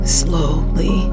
slowly